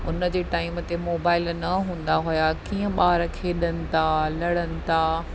उन जे टाइम ते मोबाइल न हूंदा हुआ कीअं ॿार खेॾनि था लड़नि था